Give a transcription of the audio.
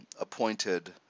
appointed